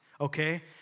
Okay